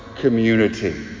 community